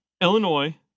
illinois